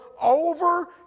over